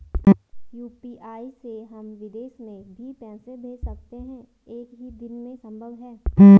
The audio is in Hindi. यु.पी.आई से हम विदेश में भी पैसे भेज सकते हैं एक ही दिन में संभव है?